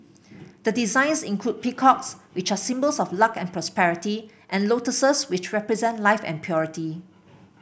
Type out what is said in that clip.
the designs include peacocks which are symbols of luck and prosperity and lotuses which represent life and purity